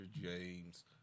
James